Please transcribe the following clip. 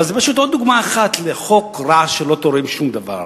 אבל זו פשוט עוד דוגמה אחת לחוק רע שלא תורם שום דבר,